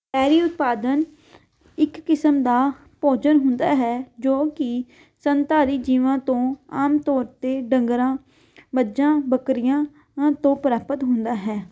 diary ਉਤਪਾਦਨ ਇੱਕ ਕਿਸਮ ਦਾ ਭੋਜਨ ਹੁੰਦਾ ਹੈ ਜੋ ਕਿ ਸੰਤਧਾਰੀ ਜੀਵਾਂ ਤੋਂ ਆਮ ਤੌਰ 'ਤੇ ਡੰਗਰਾਂ ਮੱਝਾਂ ਬੱਕਰੀਆਂ ਤੋਂ ਪ੍ਰਾਪਤ ਹੁੰਦਾ ਹੈ